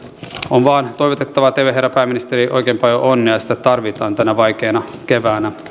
on vain toivotettava teille herra pääministeri oikein paljon onnea sitä tarvitaan tänä vaikeana keväänä